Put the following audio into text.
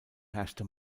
herrschte